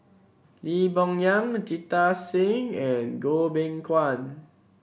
Lee Boon Yang Jita Singh and Goh Beng Kwan